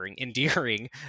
endearing